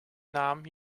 naam